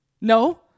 No